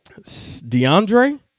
DeAndre